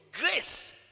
grace